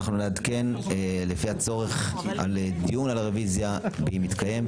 אנחנו נעדכן לפי הצורך על דיון ועל הרוויזיה באם תתקיים.